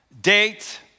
date